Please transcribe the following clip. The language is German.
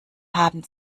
haben